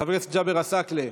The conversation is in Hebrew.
חבר הכנסת ג'אבר עסאקלה,